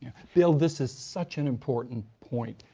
bill, this is such an important point.